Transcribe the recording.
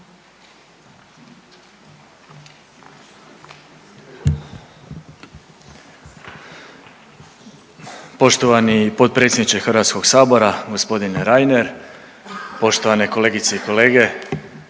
Poštovani potpredsjedniče Hrvatskog sabora, poštovana državna tajnice, kolegice i kolege,